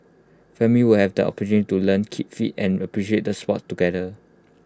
families will have the opportunity to learn keep fit and appreciate the Sport together